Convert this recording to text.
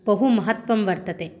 बहु महत्त्वं वर्तते